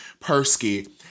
Persky